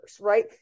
right